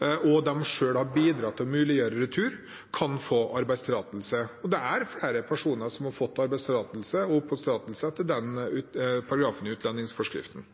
og de selv har bidratt til å muliggjøre retur, kan få arbeidstillatelse. Det er flere personer som har fått arbeidstillatelse og oppholdstillatelse etter den paragrafen i utlendingsforskriften.